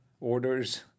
orders